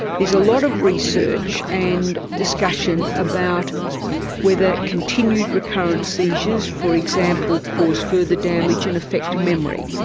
there's a lot of research and discussion about whether continued recurrent seizures for example cause further damage and affect memory.